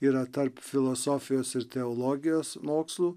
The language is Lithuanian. yra tarp filosofijos ir teologijos mokslų